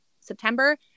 September